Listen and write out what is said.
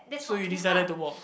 so you decided to walk